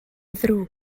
ddrwg